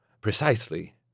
Precisely